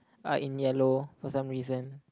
are in yellow for some reason